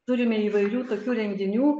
turime įvairių tokių renginių